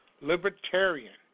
Libertarian